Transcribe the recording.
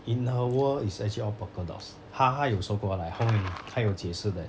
in her world is actually all polka dots 她她有说过 like how she 她有解释 that